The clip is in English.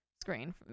screen